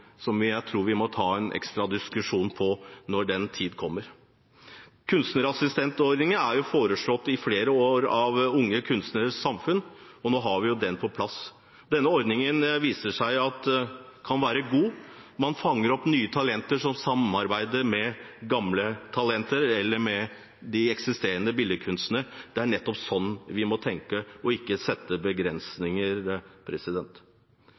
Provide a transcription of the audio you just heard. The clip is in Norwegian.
jeg tror vi må ta en ekstra diskusjon om når den tid kommer. Kunstnerassistentordningen er foreslått i flere år av Unge Kunstneres Samfund, og nå har vi den på plass. Denne ordningen viser seg å kunne være god, man fanger opp nye talenter som samarbeider med gamle talenter eller med de eksisterende billedkunstnerne. Det er nettopp sånn vi må tenke, og ikke sette begrensninger.